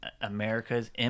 America's